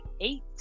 eight